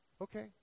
okay